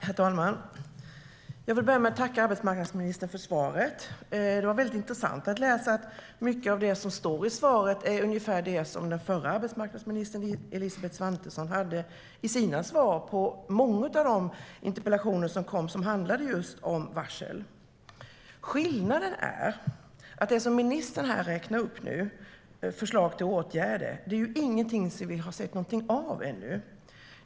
Herr talman! Jag vill börja med att tacka arbetsmarknadsministern för svaret. Det var intressant. Mycket av det som sägs i svaret är ungefär det som den förra arbetsmarknadsministern Elisabeth Svantesson sa i sina svar på många av de interpellationer som kom och som handlade just om varsel. Skillnaden är att de förslag till åtgärder som ministern nu räknar upp har vi ännu inte sett någonting av.